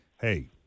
hey